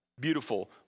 beautiful